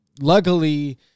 luckily